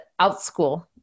outschool